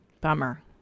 Bummer